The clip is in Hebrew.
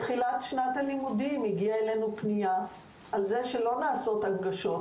בתחילת שנת הלימודים: הגיעה אלינו פנייה על כך שלא נעשות הנגשות,